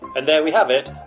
and there we have it,